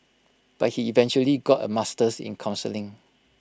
but he eventually got A master's in counselling